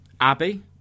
Abby